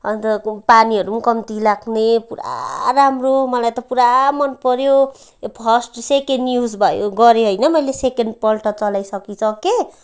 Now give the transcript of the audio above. अन्त पानीहरू पनि कम्ती लाग्ने पुरा राम्रो मलाई त पुरा मनपऱ्यो यो फर्स्ट सेकेन्ड युज भयो गरेँ होइन मैले सेकेन्डपल्ट चलाइसकिसकेँ